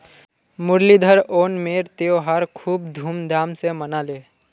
मुरलीधर ओणमेर त्योहार खूब धूमधाम स मनाले